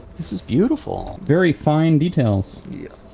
this is beautiful! very fine details. yeah.